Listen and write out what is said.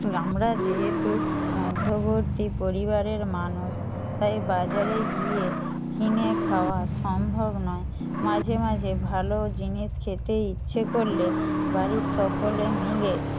আমরা যেহেতু মধ্যবর্তী পরিবারের মানুষ তাই বাজারে গিয়ে কিনে খাওয়া সম্ভব নয় মাঝে মাঝে ভালো জিনিস খেতে ইচ্ছে করলে বাড়ির সকলে মিলে